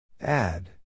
Add